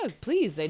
please